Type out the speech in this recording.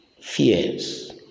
fears